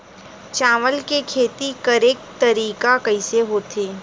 चावल के खेती करेके तरीका कइसे होथे?